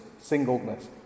singleness